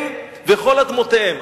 הם וכל אדמותיהם.